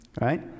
right